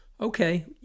Okay